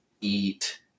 eat